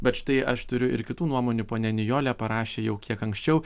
bet štai aš turiu ir kitų nuomonių ponia nijolė parašė jau kiek anksčiau